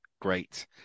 great